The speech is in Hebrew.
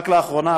רק לאחרונה,